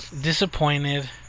disappointed